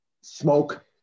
smoke